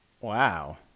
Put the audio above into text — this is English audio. Wow